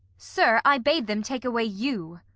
sir, i bade them take away you.